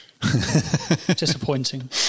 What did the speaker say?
Disappointing